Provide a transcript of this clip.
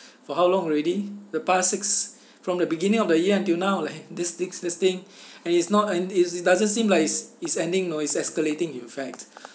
for how long already the past six from the beginning of the year until now leh this thing this thing and it's not an it's it doesn't seem like it's it's ending nor it's escalating in fact